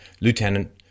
Lieutenant